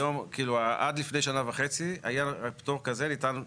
היום, עד לפני שנה וחצי, פטור כזה ניתן רק